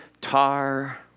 tar